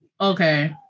okay